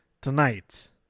tonight